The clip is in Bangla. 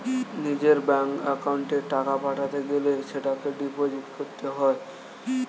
নিজের ব্যাঙ্ক অ্যাকাউন্টে টাকা পাঠাতে গেলে সেটাকে ডিপোজিট করতে হয়